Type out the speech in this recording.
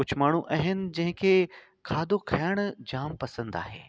कुझु माण्हू आहिनि जंहिंखे खाधो खाइणु जामु पसंदि आहे